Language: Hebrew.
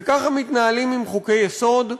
וכך מתנהלים עם חוקי-יסוד,